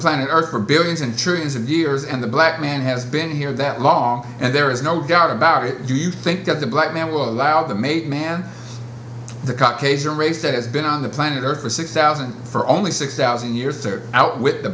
planet earth for billions and trillions years and the black man has been here that long and there is no doubt about it do you think that the black man will allow the made man the cockades arrays that has been on the planet earth for six thousand for only six thousand years to outwit the